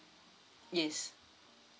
yes